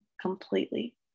completely